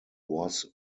was